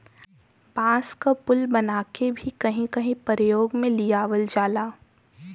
बांस क पुल बनाके भी कहीं कहीं परयोग में लियावल जाला